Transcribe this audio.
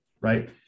right